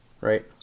Right